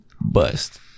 Bust